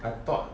I thought